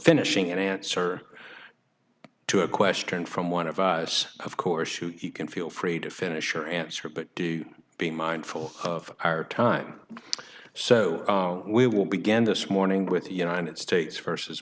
finishing enhancer to a question from one of us of course you can feel free to finish your answer but do be mindful of our time so we will begin this morning with united states versus